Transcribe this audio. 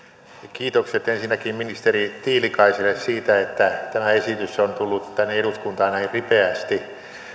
kiitokset ensinnäkin ministeri tiilikaiselle siitä että tämä esitys on tullut tänne eduskuntaan näin ripeästi